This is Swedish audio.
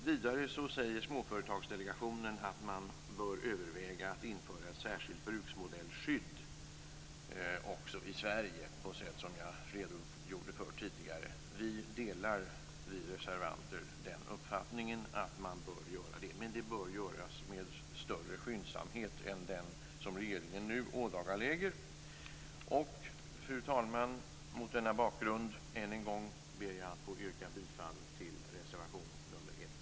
Vidare säger Småföretagsdelegationen att man bör överväga att införa ett särskilt bruksmodellsskydd också i Sverige, såsom jag tidigare redogjort för. Vi reservanter delar uppfattningen att man bör göra det. Men det bör göras med större skyndsamhet än den som regeringen nu ådagalägger. Fru talman! Mot denna bakgrund ber jag att än en gång få yrka bifall till reservation nr 1.